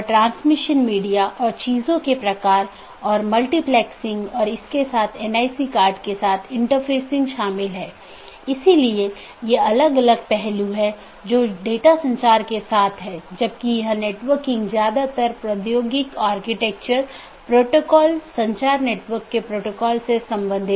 अब ऑटॉनमस सिस्टमों के बीच के लिए हमारे पास EBGP नामक प्रोटोकॉल है या ऑटॉनमस सिस्टमों के अन्दर के लिए हमारे पास IBGP प्रोटोकॉल है अब हम कुछ घटकों को देखें